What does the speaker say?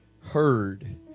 heard